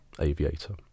aviator